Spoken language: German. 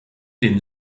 den